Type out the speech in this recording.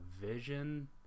vision